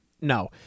No